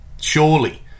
surely